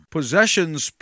Possessions